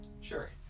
Sure